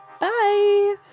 Bye